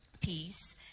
peace